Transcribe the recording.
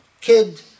kid